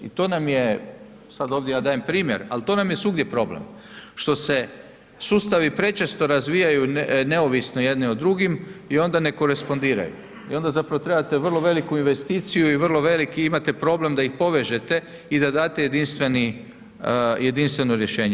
I to nam je, sad ovdje ja dajem primjer, al to nam je svugdje problem što se sustavi prečesto razvijaju neovisno jedni o drugim i onda ne korespondiraju i onda zapravo trebate vrlo veliku investiciju i vrlo veliki imate problem da ih povežete i da date jedinstveni, jedinstveno rješenje.